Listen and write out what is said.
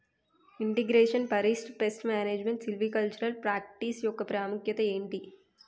integration forest pest management silvicultural practice యెక్క ప్రాముఖ్యత ఏంటి